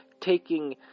Taking